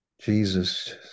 Jesus